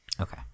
Okay